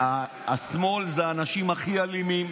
השמאל הוא האנשים הכי אלימים,